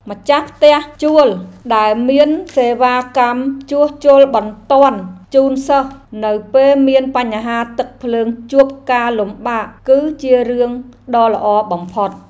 ម្ចាស់ផ្ទះជួលដែលមានសេវាកម្មជួសជុលបន្ទាន់ជូនសិស្សនៅពេលមានបញ្ហាទឹកភ្លើងជួបការលំបាកគឺជារឿងដ៏ល្អបំផុត។